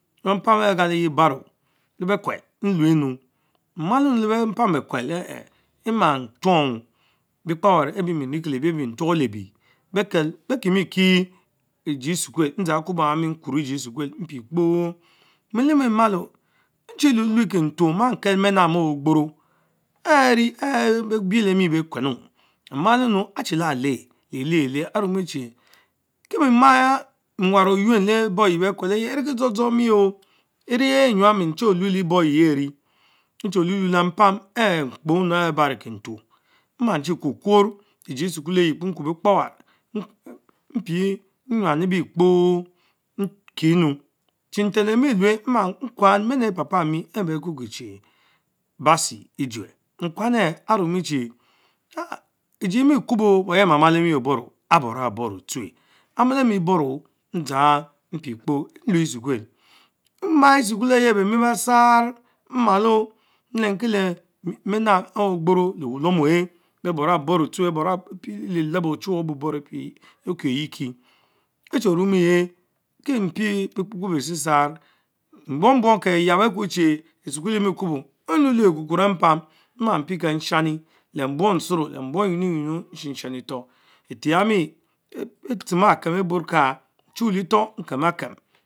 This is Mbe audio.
Lepam aré galeye baro lebekul luenu momlenu Cempam bekul enh Emma tuong bekpa-nwer abie riekeletie abee ntuole lee bee bekel bekke miekie Ejie Esukuel. nidzang akubo ayami nkuorr eets Ejie Esukuel mpi kpoooo Emmile mehmal nchie luclue kemtuoh legie menpeami ark bebiedemi beh ave Ogboro Kusence, mmalie-nu achiela leh aremie chie kiemie ma n warr Oyuen leh eborr eyie bekuel dzor dzor mie on erichch enyam mie olie tue lerbork bor anyie yeh eries eche lue me lepam ehh mkpo ouch barie Kenfour mmachie Kukurr ech ejice esikuel ayiekpo nkurr bekpamwarr nwan ebikponkiemu, chie nten amielue, mma kwan mene papa ami ehh beh kuki chie bassie ejue, nkwanne aruemi che anh giemi Kubo but eldr amalmal emmie boro, a ab bora boro Asue., Amilemi boro naza mpieκρο mbue esukul. mimaa Esykull eyehh bemeh besar mmalo mentiede menam ehh ogboro le wuhem oich beh bora boro Asuch beh bora elelebo ochuwe okietiekie, echih rumueh kiempie bekpekpe besiesarr, mbuong buong kehvi- yabo akucnie sukul emi kuboh, nuelue Epupuro empam mma pie kenshani le buong ngoro le mbuong maging nuinu ishishen Letor, etch yamie eborrka nehu letor nkem Akem.